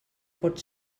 pot